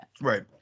Right